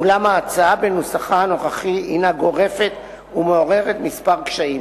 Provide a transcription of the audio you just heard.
אולם ההצעה בנוסחה הנוכחי הינה גורפת ומעוררת מספר קשיים.